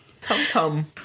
Tum-tum